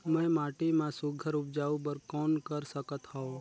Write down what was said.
मैं माटी मा सुघ्घर उपजाऊ बर कौन कर सकत हवो?